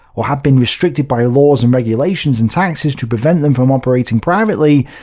or had been restricted by laws and regulations and taxes to prevent them from operating privately,